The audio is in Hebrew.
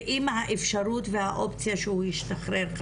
ומה אם האפשרות שהאופציה שהוא ישתחרר.